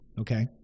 Okay